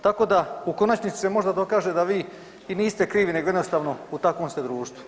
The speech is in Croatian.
Tako da u konačnici se možda dokaže da i vi niste krivi nego jednostavno u takvom ste društvu, eto.